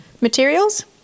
materials